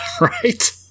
Right